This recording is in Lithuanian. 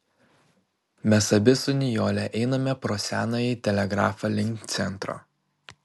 mes abi su nijole einame pro senąjį telegrafą link centro